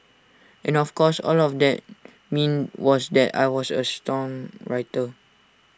and of course all that meant was that I was A songwriter